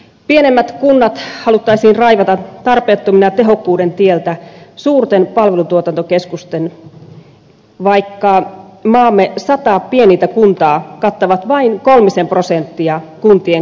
pienemmät kunnat haluttaisiin raivata tarpeettomina suurten palvelutuotantokeskusten tehokkuuden tieltä vaikka maamme sata pienintä kuntaa kattavat vain kolmisen prosenttia kuntien kokonaismenoista